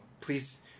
please